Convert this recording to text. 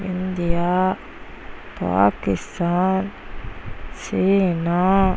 India Pakistan China